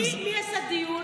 מי עשה דיון?